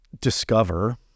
discover